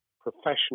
professional